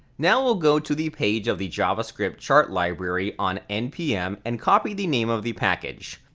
now we'll go to the page of the javascript chart library on npm and copy the name of the package.